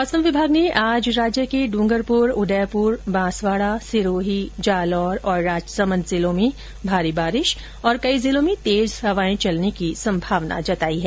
मौसम विभाग ने आज राज्य के डूंगरपुर उदयपुर बांसवाडा सिरोही जालौर और राजसमंद जिलों में भारी बारिश तथा कई जिलों में तेज हवाए चलने की संभावना जताई है